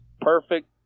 perfect